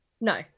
no